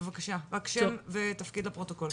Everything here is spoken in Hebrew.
בבקשה, רק שם ותפקיד לפרוטוקול.